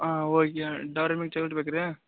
ಹಾಂ okay Dairy Milk chocolate ಬೇಕು ರಿ